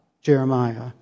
Jeremiah